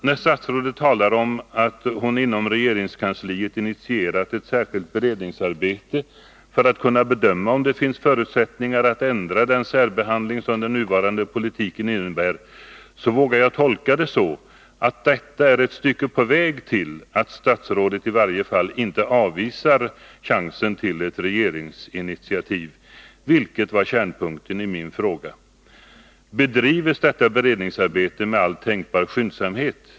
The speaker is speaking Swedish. När statsrådet talar om att hon inom regeringskansliet initierat ett särskilt beredningsarbete för att kunna bedöma om det finns förutsättningar att ändra den särbehandling som den nuvarande politiken innebär, vågar jag tolka det så, att det innebär att statsrådet tar ett steg på vägen mot att i varje fallinte avvisa chansen till ett regeringsinitiativ, vilket var kärnpunkten i min fråga. Bedrivs det beredningsarbetet med all skyndsamhet?